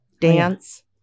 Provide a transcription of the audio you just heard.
dance